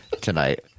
tonight